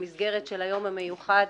במסגרת של היום המיוחד